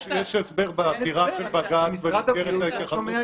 יש הסבר בעתירה של בג"צ במסגרת ההתייחסות